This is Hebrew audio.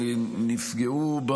שנפגעו,